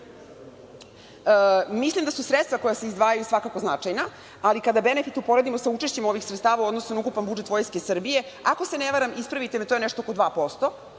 da su sredstva koja se izdvajaju svakako značajna, ali kada benefit uporedimo sa učešćem ovih sredstava u odnosu na ukupan budžet Vojske Srbije, ako se ne varam, ispravite me, to je nešto oko 2%,